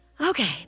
Okay